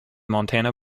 montana